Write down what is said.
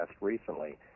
recently